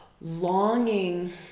longing